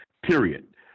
Period